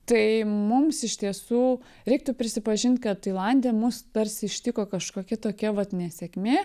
tai mums iš tiesų reiktų prisipažint kad tailande mus tarsi ištiko kažkokia tokia vat nesėkmė